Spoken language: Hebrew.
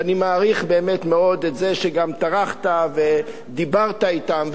ואני מעריך באמת מאוד את זה שגם טרחת ודיברת אתם,